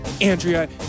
Andrea